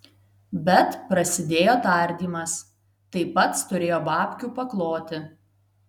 bet prasidėjo tardymas tai pats turėjo babkių pakloti